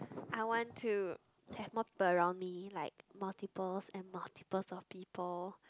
I want to have more people around me like multiples and multiples of people